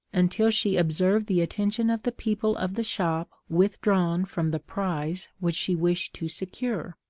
until she observed the attention of the people of the shop withdrawn from the prize which she wished to secure.